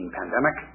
pandemic